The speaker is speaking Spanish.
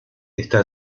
está